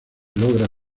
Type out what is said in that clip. logra